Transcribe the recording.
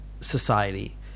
society